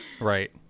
Right